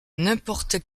n’importe